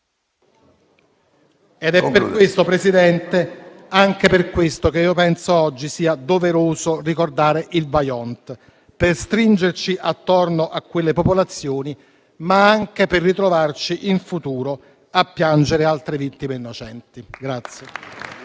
Ed è per questo, Presidente, anche per questo, che io penso oggi sia doveroso ricordare il Vajont, per stringerci attorno a quelle popolazioni, ma anche per non ritrovarci in futuro a piangere altre vittime innocenti.